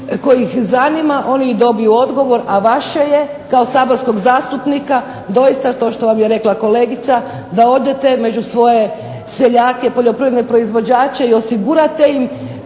kojih zanima oni i dobiju odgovor, a vaše je kao saborskog zastupnika doista to što vam je rekla kolegica da odete među svoje seljake, poljoprivredne proizvođače i osigurate im